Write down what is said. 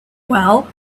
well